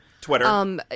Twitter